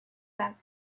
back